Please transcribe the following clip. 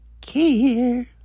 care